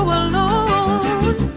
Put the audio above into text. alone